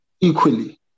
equally